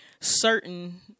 certain